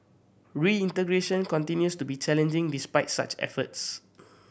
reintegration continues to be challenging despite such efforts